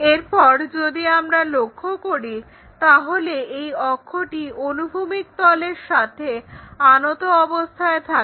এরপর যদি আমরা লক্ষ্য করি তাহলে এর অক্ষটি অনুভূমিক তলের সাথে আনত অবস্থায় থাকে